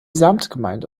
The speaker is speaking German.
samtgemeinde